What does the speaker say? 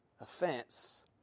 offense